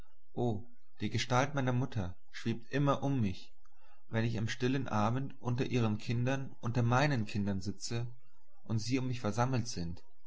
die gestalt meiner mutter schwebt immer um mich wenn ich am stillen abend unter ihren kindern unter meinen kindern sitze und sie um mich versammelt sind